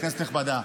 כנסת נכבדה,